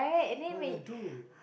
I'm like dude